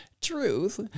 truth